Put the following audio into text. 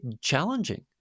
challenging